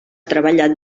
treballat